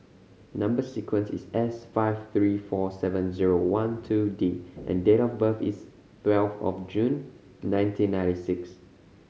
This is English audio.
number sequence is S five three four seven zero one two D and date of birth is twelve of June nineteen ninety six